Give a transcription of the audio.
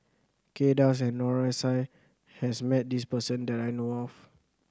Kay Das and Noor S I has met this person that I know of